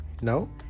No